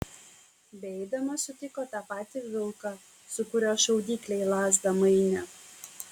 beeidamas sutiko tą patį vilką su kuriuo šaudyklę į lazdą mainė